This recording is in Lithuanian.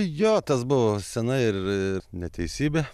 jo tas buvo senai ir ir neteisybė